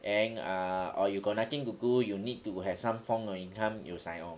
then ah or you got nothing to do you need to have some form of income you sign on